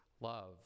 love